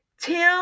tim